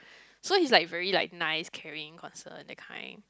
so he's like very like nice caring concerned that kind